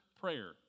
prayer